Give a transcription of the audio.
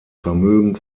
vermögen